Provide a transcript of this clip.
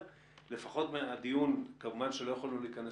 לפחות מן הדיון הזה וכמובן שלא יכולנו להיכנס